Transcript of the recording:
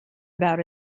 about